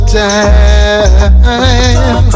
time